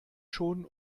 schon